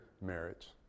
marriage